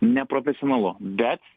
neprofesionalu bet